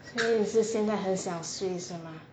所以你是现在很想睡是吗